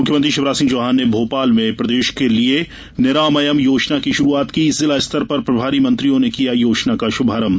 मुख्यमंत्री शिवराज सिंह चौहान ने भोपाल में प्रदेश के लिये निरामयम योजना की शुरूआत की जिला स्तर पर प्रभारी मंत्रियों ने किया योजना का शुभारंभ